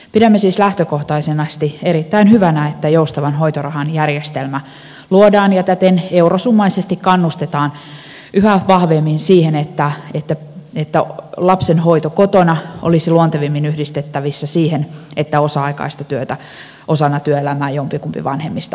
pidämme siis lähtökohtaisesti erittäin hyvänä että joustavan hoitorahan järjestelmä luodaan ja täten eurosummaisesti kannustetaan yhä vahvemmin siihen että lapsenhoito kotona olisi luontevimmin yhdistettävissä siihen että osa aikaista työtä osana työelämää jompikumpi vanhemmista pystyisi tekemään